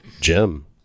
Jim